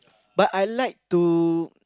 but I like to